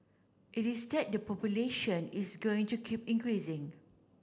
it is that the population is going to keep increasing